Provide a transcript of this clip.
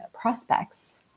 prospects